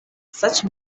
such